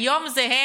היום זה הם,